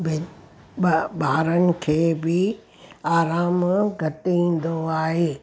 भे ब ॿारनि खे बि आरामु घटि ईंदो आहे